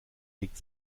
legt